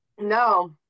No